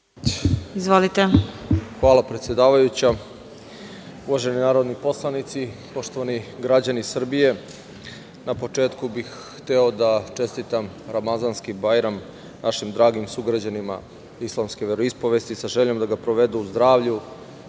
Ribać** Hvala predsedavajuća. Uvaženi narodni poslanici, poštovani građani Srbije, na početku bih hteo da čestitam Ramazanski Bajram našim dragim sugrađanima islamske veroispovesti sa željom da ga provedu u zdravlju,